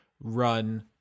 run